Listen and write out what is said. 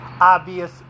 obvious